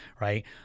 right